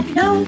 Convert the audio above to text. no